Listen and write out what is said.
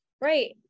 Right